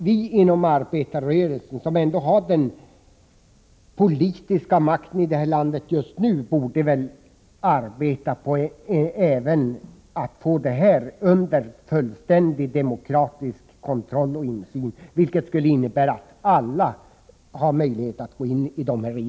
Vi inom arbetarrörelsen, som ändå har den politiska makten i landet just nu, borde väl arbeta på att få även detta under fullständig demokratisk kontroll och insyn. Det skulle innebära att alla har möjlighet att gå in i registren.